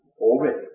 Already